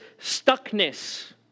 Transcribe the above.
stuckness